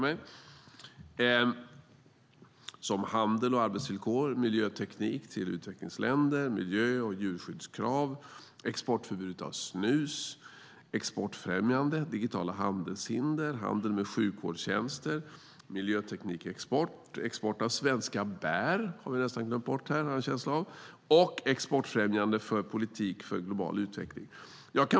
Det är handel och arbetsvillkor, miljöteknik till utvecklingsländer, miljö och djurskyddskrav, exportförbudet av snus, exportfrämjande, digitala handelshinder, handel med sjukvårdstjänster, miljöteknikexport, export av svenska bär - det har vi nästan glömt bort här, har jag en känsla av - och exportfrämjande politik för global utveckling.